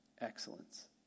excellence